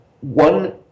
one